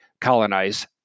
colonize